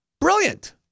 Brilliant